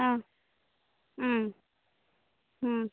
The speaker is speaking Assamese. অঁ